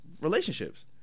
relationships